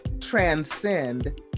transcend